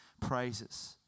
praises